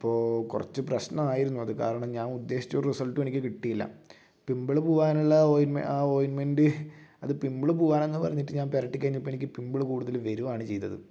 അപ്പോൾ കുറച്ച് പ്രശ്നമായിരുന്നു അത് കാരണം ഞാൻ ഉദ്ദേശിച്ച ഒരു റിസൾട്ട് എനിക്ക് കിട്ടിയില്ല പിമ്പിൾ പോകാനുള്ള ഓയിൻ ആ ഓയിൻമെൻറ് അത് പിമ്പിൾ പോകാനെന്ന് പറഞ്ഞിട്ട് ഞാൻ പുരട്ടി കഴിഞ്ഞപ്പം എനിക്ക് പിമ്പിൾ കൂടുതൽ വരികയാണ് ചെയ്തത്